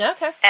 Okay